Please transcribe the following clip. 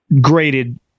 graded